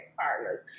partners